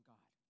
God